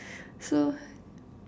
so